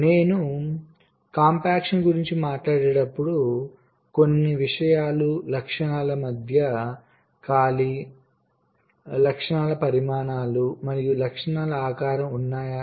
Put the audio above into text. నేను కాంప్లెక్షన్ గురించి మాట్లాడేటప్పుడు కొన్ని విషయాలు లక్షణాల మధ్య ఖాళీ లక్షణాల పరిమాణం మరియు లక్షణాల ఆకారం ఉన్నాయి